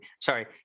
sorry